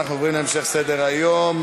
הראיות (פסק-דין פלילי של בית-משפט צבאי כראיה בהליך אזרחי),